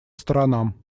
сторонам